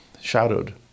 shadowed